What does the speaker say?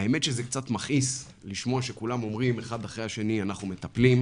האמת שזה קצת מכעיס שכולם אחד אחרי השני אומרים: אנחנו מטפלים,